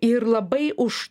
ir labai už